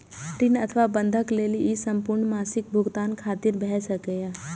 ऋण अथवा बंधक लेल ई संपूर्ण मासिक भुगतान खातिर भए सकैए